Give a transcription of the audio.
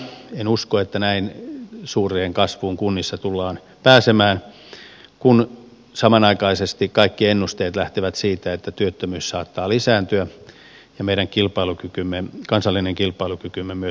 en usko että näin suureen kasvuun kunnissa tullaan pääsemään kun samanaikaisesti kaikki ennusteet lähtevät siitä että työttömyys saattaa lisääntyä ja meidän kansallinen kilpailukykymme myös heikentyä